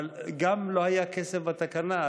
אבל גם לא היה כסף בתקנה,